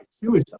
suicide